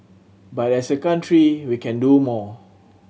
but as a country we can do more